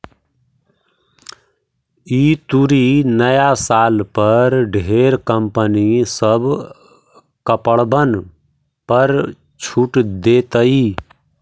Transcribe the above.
ई तुरी नया साल पर ढेर कंपनी सब कपड़बन पर छूट देतई